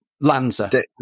Lanza